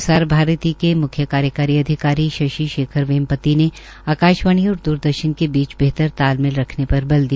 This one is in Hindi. प्रसार भारती के मुख्य कार्यकारी अधिकारी शशि शेखर वेमपाती ने आकाशवाणी और द्रदर्शन के बीच बेहतर तालमेल रखने पर बल दिया